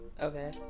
okay